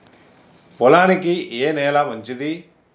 పొలానికి ఏ నేల మంచిది?